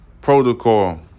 protocol